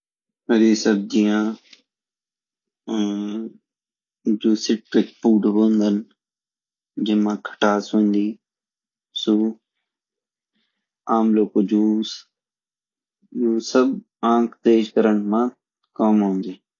हरी सब्जियाँ और जो सिट्रिक फ़ूड होंदन जिनमा खटास होंदी सु आवलो को जूस यु सब आँख तेज़ करन मा काम औंदी